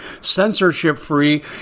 censorship-free